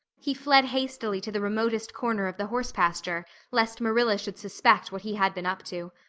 he fled hastily to the remotest corner of the horse pasture lest marilla should suspect what he had been up to.